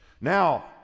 Now